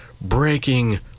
Breaking